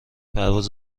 پرواز